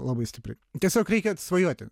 labai stipriai tiesiog reikia svajoti